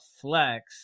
flex